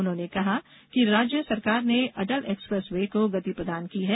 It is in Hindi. उन्होंने कहा कि राज्य सरकार ने अटल एक्सप्रेस वे को गति प्रदान की है